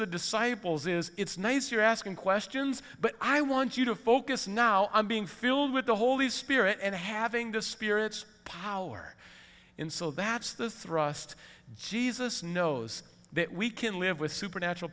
the disciples is it's nice you're asking questions but i want you to focus now on being filled with the holy spirit and having the spirits power in so that's the thrust jesus knows that we can live with supernatural